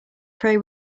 prey